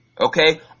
okay